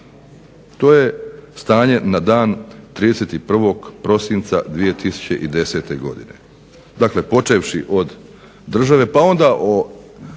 To je stanje na dan 31. prosinca 2010. godine. Dakle, počevši od države pa onda o